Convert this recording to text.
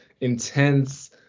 intense